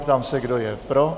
Ptám se, kdo je pro.